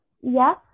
yes